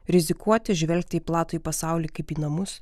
rizikuoti žvelgti į platųjį pasaulį kaip į namus